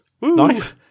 Nice